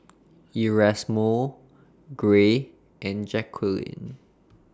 Erasmo Gray and Jacquline